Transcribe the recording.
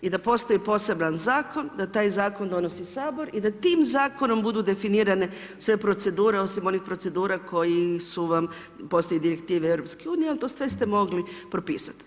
I da postoji poseban zakon, da taj zakon donosi Sabor i da tim zakonom budu definirane sve procedure osim onih procedura koje su vam postali direktive EU, ali to sve ste mogli propisati.